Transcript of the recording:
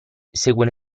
seguono